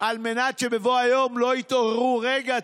על מנת שבבוא היום לא יתעוררו: רגע,